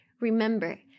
Remember